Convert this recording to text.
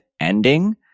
ending